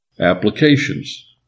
Applications